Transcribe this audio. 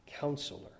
Counselor